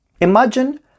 Imagine